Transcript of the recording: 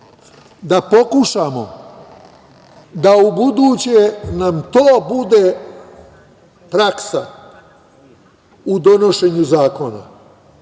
da pokušamo da ubuduće nam to bude praksa u donošenju zakona,